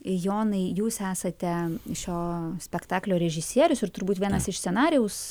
jonai jūs esate šio spektaklio režisierius ir turbūt vienas iš scenarijaus